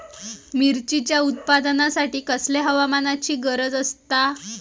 मिरचीच्या उत्पादनासाठी कसल्या हवामानाची गरज आसता?